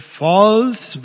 false